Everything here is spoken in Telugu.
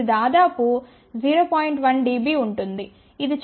1 dB ఉంటుంది ఇది చాలా మంచిది